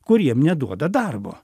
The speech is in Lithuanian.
kuriem neduoda darbo